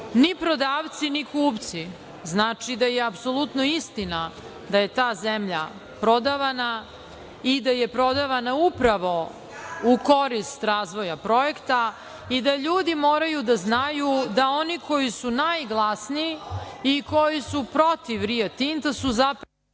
Sram vas bilo!)Znači da je apsolutno istina da je ta zemlja prodavana i da je prodavana upravo u korist razvoja projekta i da ljudi moraju da znaju da oni koji su najglasniji i koji su protiv Rio Tinta su zapravo…